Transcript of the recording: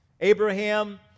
Abraham